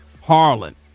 Harlan